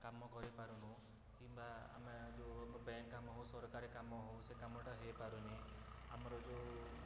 କାମ କରିପାରୁନୁ କିମ୍ବା ଆମେ ଯେଉଁ ବ୍ୟାଙ୍କ କାମ ହଉ ସରକାରୀ କାମ ହଉ ସେ କାମଟା ହେଇପାରୁନି ଆମର ଯେଉଁ